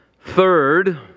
Third